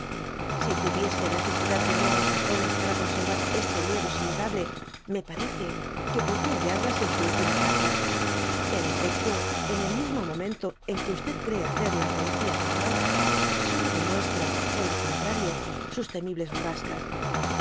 si tuviese necesidad de nuevas razones para conservar este miedo saludable me parece que podría hallarlas en su última carta én efecto en el mismo momento en que cree hacer la apología del amor solo demuestra por el contrario sus temibles borrascas